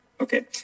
Okay